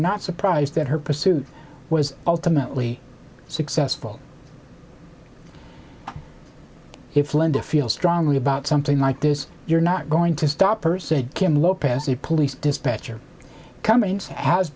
not surprised that her pursuit was ultimately successful if linda feel strongly about something like this you're not going to stop her said kim lopez a police dispatcher cummings has